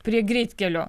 prie greitkelio